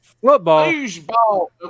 Football